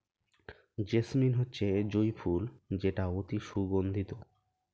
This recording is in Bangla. জেসমিন হচ্ছে জুঁই ফুল যেটা অতি সুগন্ধিত